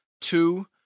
Two